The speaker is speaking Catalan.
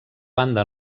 banda